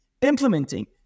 implementing